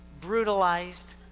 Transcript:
brutalized